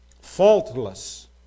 faultless